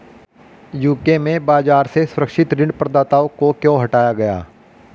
UK में बाजार से सुरक्षित ऋण प्रदाताओं को क्यों हटाया गया?